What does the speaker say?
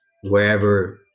wherever